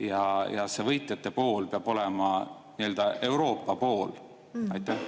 ja võitjate pool peab olema Euroopa pool? Aitäh!